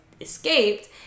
escaped